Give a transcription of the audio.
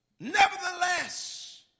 Nevertheless